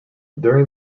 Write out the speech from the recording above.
during